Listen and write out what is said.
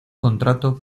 contrato